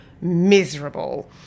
miserable